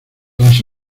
las